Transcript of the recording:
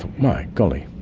my golly!